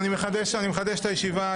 יותר נכון צמצום --- אני חייב להגיע לישיבת סיעה.